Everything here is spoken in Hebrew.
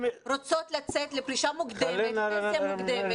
רוצות לצאת לפנסיה מוקדמת.